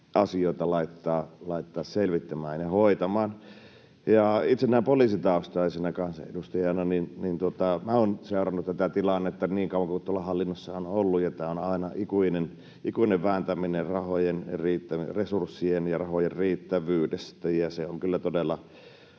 asioita laittaa selvittämään ja hoitamaan. Itse näin poliisitaustaisena kansanedustajana olen seurannut tätä tilannetta niin kauan kuin tuolla hallinnossa olen ollut, ja aina on ikuinen vääntäminen resurssien ja rahojen riittävyydestä, ja se on kyllä todella